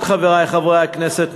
חברי חברי הכנסת,